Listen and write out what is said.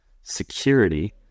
security